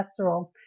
cholesterol